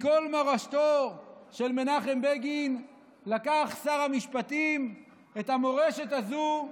מכל מורשתו של מנחם בגין לקח שר המשפטים את המורשת הזו,